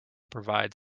provide